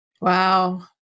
Wow